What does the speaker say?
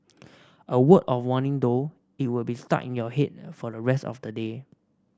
a word of warning though it'll be stuck in your head for the rest of the day